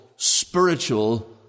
spiritual